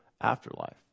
afterlife